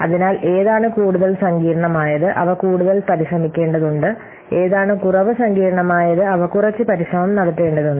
അതിനാൽ ഏതാണ് കൂടുതൽ സങ്കീർണ്ണമായത് അവ കൂടുതൽ പരിശ്രമിക്കേണ്ടതുണ്ട് ഏതാണ് കുറവ് സങ്കീർണ്ണമായത് അവ കുറച്ച് പരിശ്രമം നടത്തേണ്ടതുണ്ട്